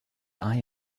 iron